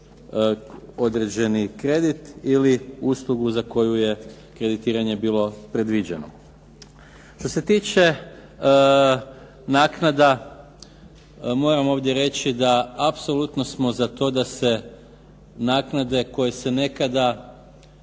određeni kredit ili uslugu za koju je kreditiranje bilo predviđeno. Što se tiče naknada, moram ovdje reći da apsolutno smo za to da se naknade koje se nekada